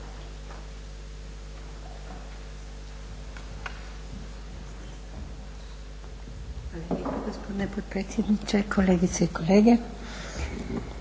Hvala vam